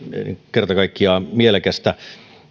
kerta kaikkiaan mielekästä